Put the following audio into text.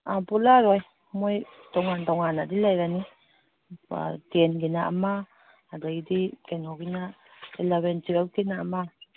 ꯑꯥ ꯄꯨꯂꯛꯑꯔꯣꯏ ꯃꯣꯏ ꯇꯣꯉꯥꯟ ꯇꯣꯉꯥꯟꯅꯗꯤ ꯂꯩꯔꯅꯤ ꯇꯦꯟꯒꯤꯅ ꯑꯃ ꯑꯗꯩꯗꯤ ꯀꯩꯅꯣꯒꯤꯅ ꯑꯦꯂꯕꯦꯟ ꯇ꯭ꯋꯦꯜꯐꯀꯤꯅ ꯑꯃ